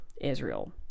Israel